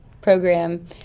program